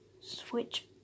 Switch